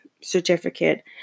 certificate